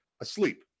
asleep